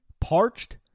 Parched